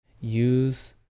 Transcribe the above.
use